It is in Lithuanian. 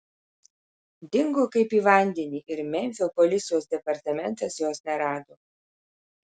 dingo kaip į vandenį ir memfio policijos departamentas jos nerado